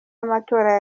amatora